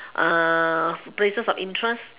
uh places of interest